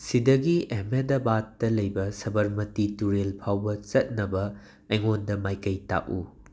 ꯁꯤꯗꯒꯤ ꯑꯦꯍꯃꯦꯗꯕꯥꯠꯇ ꯂꯩꯕ ꯁꯕꯔꯃꯇꯤ ꯇꯨꯔꯦꯜ ꯐꯥꯎꯕ ꯆꯠꯅꯕ ꯑꯩꯉꯣꯟꯗ ꯃꯥꯏꯀꯩ ꯇꯥꯛꯎ